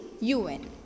UN